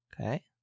Okay